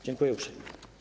Dziękuję uprzejmie.